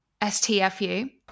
STFU